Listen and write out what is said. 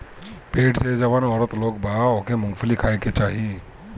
पेट से जवन औरत लोग बा ओके मूंगफली खाए के चाही